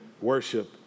worship